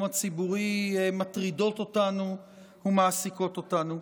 הציבורי מטרידות אותנו ומעסיקות אותנו.